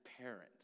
parents